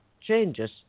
changes